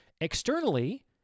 Externally